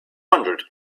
hundred